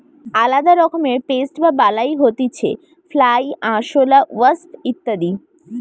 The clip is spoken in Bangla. আলদা রকমের পেস্ট বা বালাই হতিছে ফ্লাই, আরশোলা, ওয়াস্প ইত্যাদি